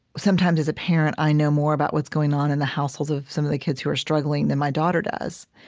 sometimes as a parent i know more about what's going on in households of some of the kids who are struggling than my daughter does.